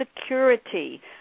security